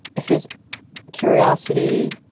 his curiosity